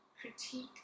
critique